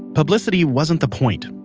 publicity wasn't the point.